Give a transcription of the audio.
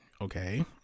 okay